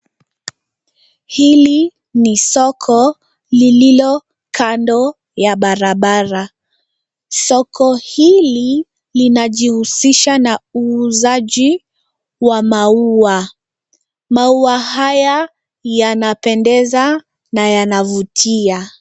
Hili ni soko lililo kando ya barabara. Soko hili linajihusisha na uuzaji wa maua . Maua haya yanapendeza na yanavutia.